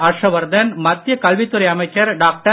ஹர்ஷவர்தன் மத்திய கல்வித்துறை அமைச்சர் டாக்டர்